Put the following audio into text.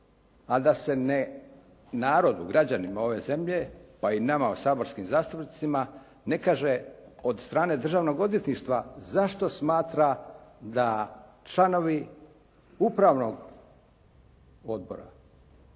a da se narodu, građanima ove zemlje, pa i nama saborskim zastupnicima ne kaže od strane Državnog odvjetništva zašto smatra da članovi Upravnog odbora